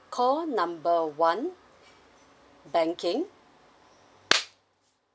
call number one banking